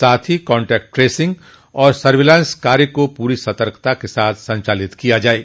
साथ ही contact tracing तथा सर्विलांस कार्य को पूरी सतर्कता से संचालित किया जाये